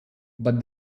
but